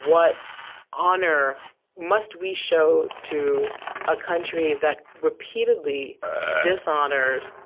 what honour must we show to a country that repeatedly dishonours,